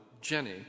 Jenny